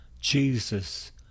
Jesus